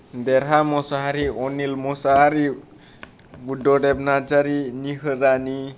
देरहा मसाहारी अनिल मसाहारी बुद्धदेब नार्जारी निहोर रानि